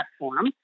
platform